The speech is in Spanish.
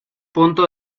punto